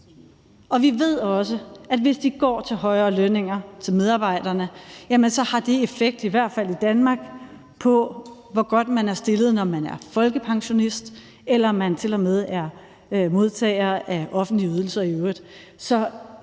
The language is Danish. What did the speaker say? Og vi ved også, at hvis de går til højere lønninger til medarbejderne, jamen så har det en effekt, i hvert fald i Danmark, på, hvor godt man er stillet, når man er folkepensionist eller man tilmed er modtager af offentlige ydelser i øvrigt.